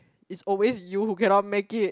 it's always you who cannot make it